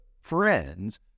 friends